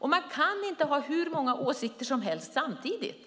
Det går inte att ha hur många åsikter som helst samtidigt.